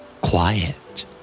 Quiet